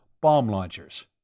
bomb-launchers